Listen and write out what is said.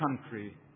country